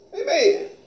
Amen